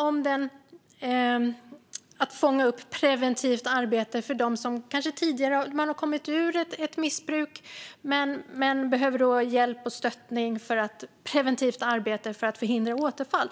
om att fånga upp preventivt arbete för dem som kommit ur ett missbruk men behöver hjälp, stöttning och preventivt arbete för att förhindra återfall.